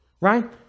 Right